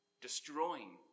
destroying